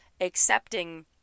accepting